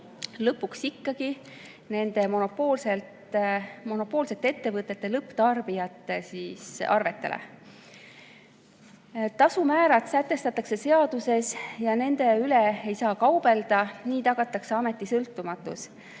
lõpuks ikkagi nende monopoolsete ettevõtete lõpptarbijate arvetele. Tasumäärad sätestatakse seaduses ja nende üle ei saa kaubelda. Nii tagatakse ameti sõltumatus.